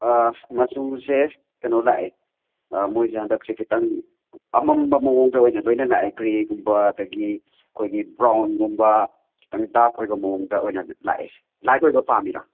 ꯃꯆꯨꯁꯦ ꯀꯩꯅꯣ ꯂꯥꯛꯑꯦ ꯃꯣꯏꯁꯦ ꯍꯟꯗꯛꯁꯦ ꯈꯤꯠꯇꯪ ꯑꯃꯝꯕ ꯃꯑꯣꯡꯗ ꯑꯣꯏꯅ ꯂꯣꯏꯅ ꯂꯥꯛꯑꯦ ꯒ꯭ꯔꯦꯒꯨꯝꯕ ꯑꯗꯒꯤ ꯑꯩꯈꯣꯏꯒꯤ ꯕ꯭ꯔꯥꯎꯟꯒꯨꯝꯕ ꯈꯤꯇꯪ ꯗꯥꯔꯛ ꯑꯣꯏꯕ ꯃꯋꯣꯡꯗ ꯂꯣꯏꯅ ꯂꯥꯛꯑꯦ ꯂꯥꯏꯠ ꯑꯣꯏꯕ ꯄꯥꯝꯃꯤꯔꯥ